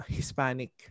Hispanic